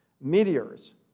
meteors